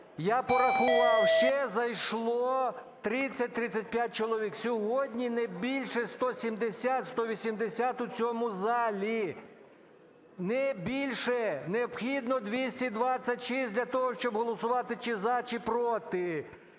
я порахував, ще зайшло 30-35 чоловік. Сьогодні не більше 170-180 у цьому залі, не більше. Необхідно 226 для того, щоб голосувати чи "за", чи "проти".